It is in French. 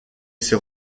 ses